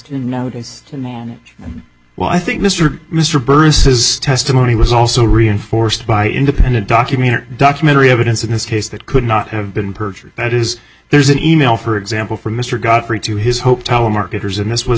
to notice and manage well i think mr mr burris is testimony was also reinforced by independent documentary documentary evidence in this case that could not have been perjury that is there's an e mail for example from mr godfrey to his hope telemarketers and this was